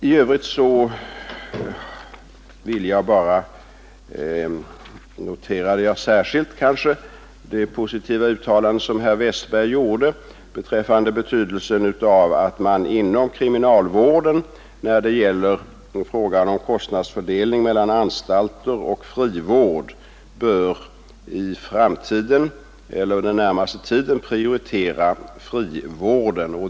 I övrigt vill jag bara särskilt notera det positiva uttalande som herr Westberg i Ljusdal gjorde om att man inom kriminalvården när det gäller kostnadsfördelningen mellan anstalter och frivård i framtiden bör prioritera frivården.